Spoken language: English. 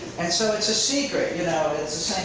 and so it's a secret. you know it's